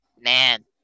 Man